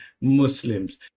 Muslims